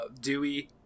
Dewey